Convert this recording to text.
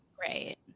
Right